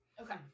Okay